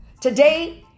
today